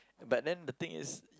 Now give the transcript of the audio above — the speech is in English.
but then the thing is